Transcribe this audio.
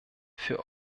für